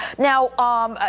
now, um,